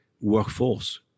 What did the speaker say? workforce